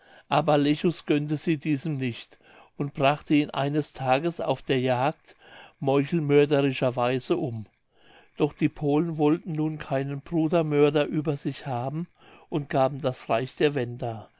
aber lechus gönnte sie diesem nicht und brachte ihn eine tages auf der jagd meuchelmörderischer weise um doch die polen wollten nun keinen brudermörder über sich haben und gaben das reich der wenda